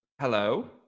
Hello